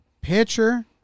Pitcher